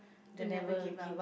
to never give up